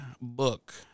book